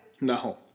No